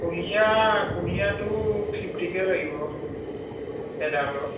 কুঁহিয়াৰ কুঁহিয়াৰটো ফিফটিকে লাগিব এডালত